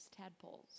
tadpoles